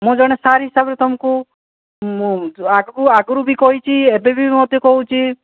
ମୁଁ ଜଣେ ସାର୍ ହିସାବରେ ତୁମକୁ ଆଗରୁ ବି କହିଛି ଏବେ ବି ମଧ୍ୟ କହୁଛି